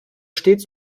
stets